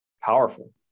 powerful